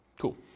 Cool